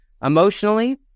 Emotionally